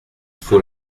faut